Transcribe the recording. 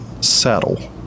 saddle